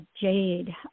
jade